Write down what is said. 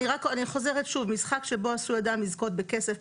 אני חוזרת שוב: משחק שבו עשוי אדם לזכות בכסף,